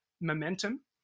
momentum